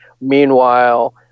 Meanwhile